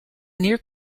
near